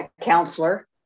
counselor